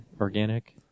organic